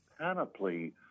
panoply